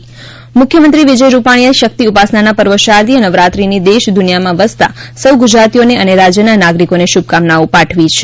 મુખ્યમંત્રી મુખ્યમંત્રી વિજયભાઇ રૂપાણીએ શક્તિ ઉપાસના પર્વ શારદીય નવરાત્રિની દેશ દુનિથામાં વસતા સૌ ગુજરાતીઓને અને રાજ્યના નાગરિકીને શુભકામનાઓ પાઠવી છે